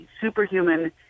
superhuman